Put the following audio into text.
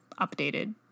updated